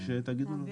מתי שתגידו לנו.